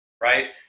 right